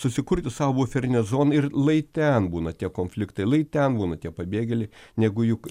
susikurti savo buferinę zoną ir lai ten būna tie konfliktai lai ten būna tie pabėgėliai negu juk